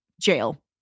jail